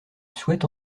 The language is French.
souhaite